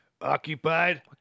Occupied